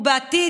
בעתיד,